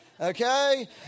Okay